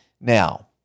Now